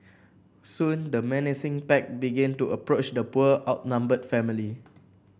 soon the menacing pack began to approach the poor outnumbered family